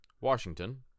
Washington